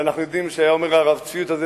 ואנחנו שיודעים שהיה אומר הרב צבי יהודה,